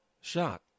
shot